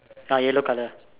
ah yellow colour